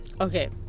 okay